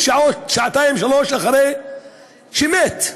שעתיים-שלוש אחרי שמת?